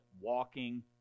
walking